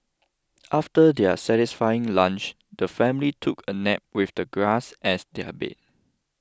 after their satisfying lunch the family took a nap with the grass as their bed